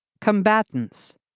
Combatants